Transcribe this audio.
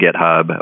GitHub